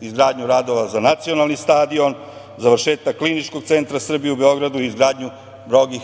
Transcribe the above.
izgradnju radova za Nacionalni stadion, završetak Kliničkog centra Srbije u Beogradu i izgradnju mnogih